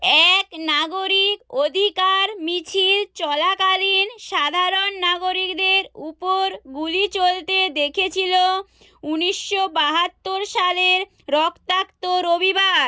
এক নাগরিক অধিকার মিছিল চলাকালীন সাধারণ নাগরিকদের উপর গুলি চলতে দেখেছিলো উনিশশো বাহাত্তর সালের রক্তাক্ত রবিবার